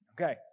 Okay